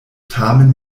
tamen